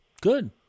Good